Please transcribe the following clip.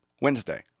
Wednesday